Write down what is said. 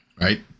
right